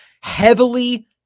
heavily